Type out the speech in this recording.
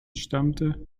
stammte